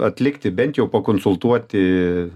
atlikti bent jau pakonsultuoti